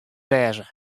wêze